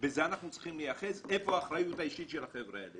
איפה האחריות האישית שלהם?